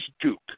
Duke